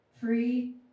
Free